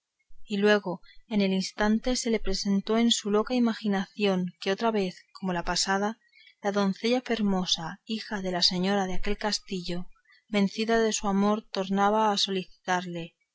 y luego en el instante se le representó en su loca imaginación que otra vez como la pasada la doncella fermosa hija de la señora de aquel castillo vencida de su amor tornaba a solicitarle